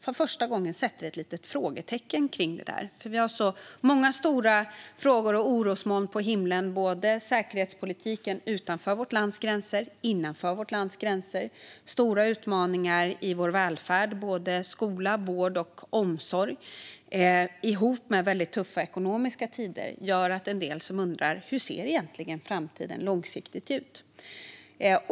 För första gången sätts det ett litet frågetecken kring det. Vi har nämligen många stora frågor och orosmoln på himlen. Det handlar om säkerhetspolitiken utanför vårt lands gränser och innanför vårt lands gränser, om stora utmaningar i vår välfärd - skola, vård och omsorg - och om väldigt tuffa ekonomiska tider. Detta gör att en del undrar hur framtiden egentligen ser ut långsiktigt.